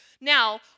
Now